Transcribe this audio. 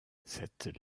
cette